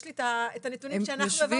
יש לי את הנתונים שאנחנו העברנו, ויש פער.